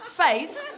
face